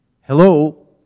Hello